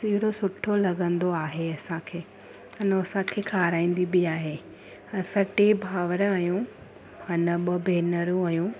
सीरो सुठो लॻंदो आहे असांखे अनो असांखे खाराईंदी बि आहे असां टे भाउर आहियूं अना ॿ भेनरूं आहियूं